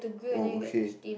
oh okay